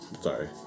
Sorry